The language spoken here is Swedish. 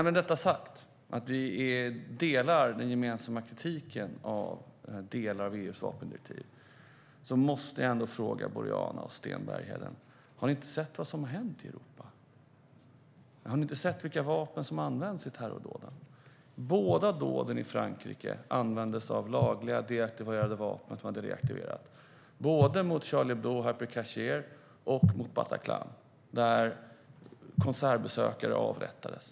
Med detta sagt om att vi delar kritiken av delar av EU:s vapendirektiv måste jag ändå fråga Boriana Åberg och Sten Bergheden: Har ni inte sett vad som har hänt i Europa? Har ni inte sett vilka vapen som har använts vid terrordåden? Vid dåden i Frankrike användes lagliga, deaktiverade vapen som hade reaktiverats. Sådana vapen användes vid dåden mot Charlie Hebdo, Hyper Cacher och Bataclan där konsertbesökare avrättades.